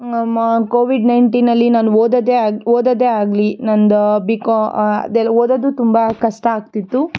ಮ ಕೋವಿಡ್ ನೈನ್ಟೀನ್ನಲ್ಲಿ ನಾನು ಓದದೇ ಆಗ್ ಓದದೇ ಆಗಲಿ ನಂದು ಬಿಕಾ ಅದೆಲ್ಲ ಓದೋದು ತುಂಬ ಕಷ್ಟ ಆಗ್ತಿತ್ತು